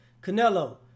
Canelo